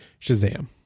Shazam